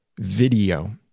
video